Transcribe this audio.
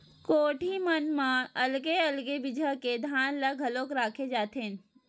कोठी मन म अलगे अलगे बिजहा के धान ल घलोक राखे जाथेन